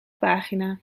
pagina